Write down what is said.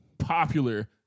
popular